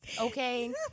okay